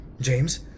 James